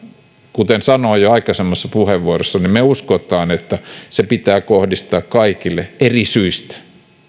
kuten sanoin jo aikaisemmassa puheenvuorossani me uskomme että ne pitää kohdistaa kaikille eri syistä